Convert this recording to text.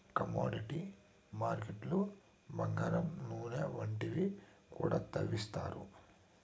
commodity మార్కెట్లు బంగారం నూనె వంటివి కూడా తవ్విత్తారు